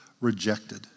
rejected